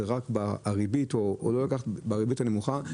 זה רק בריבית הנמוכה,